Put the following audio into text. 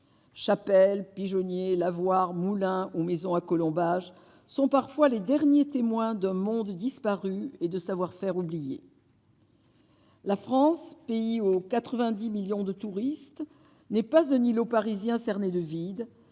chapelle pigeonniers, lavoirs moulin ou maisons à colombages sont parfois les derniers témoins d'un monde disparu et de savoir- faire oublier. La France, pays où 90 millions de touristes n'est pas un îlot parisien cerné de vide,